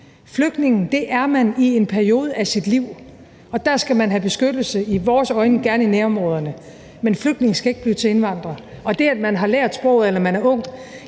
Flygtning er man i en periode af sit liv, og der skal man have beskyttelse, i vores øjne gerne i nærområderne. Men flygtninge skal ikke blive til indvandrere. Og det, at man har lært sproget eller man er ung,